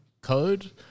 code